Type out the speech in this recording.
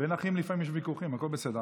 בין אחים לפעמים יש ויכוחים, הכול בסדר.